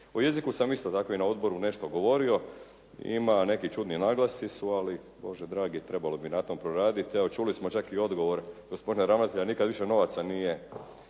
O jeziku sam isto dakle i na odboru nešto govorio. Ima, neki čudni naglasci su, ali Bože dragi trebalo bi na tom proraditi. Evo čuli smo čak i odgovor gospodina ravnatelja. Nikad više novaca nije